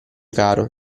caro